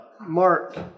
Mark